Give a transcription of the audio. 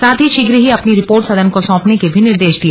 साथ ही शीघ्र ही अपनी रिपोर्ट सदन को सौंपने के भी निर्देश दिए